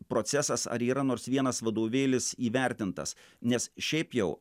procesas ar yra nors vienas vadovėlis įvertintas nes šiaip jau